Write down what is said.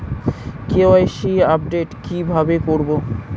KYC update কি ভাবে করবো?